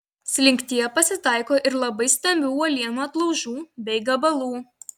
slinktyje pasitaiko ir labai stambių uolienų atlaužų bei gabalų